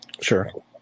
Sure